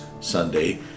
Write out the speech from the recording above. sunday